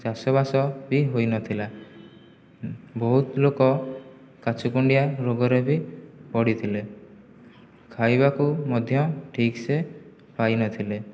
ଚାଷବାସ ବି ହୋଇନଥିଲା ବହୁତ ଲୋକ କାଛୁକୁଣ୍ଡିଆ ରୋଗରେ ବି ପଡ଼ିଥିଲେ ଖାଇବାକୁ ମଧ୍ୟ ଠିକ୍ସେ ପାଇନଥିଲେ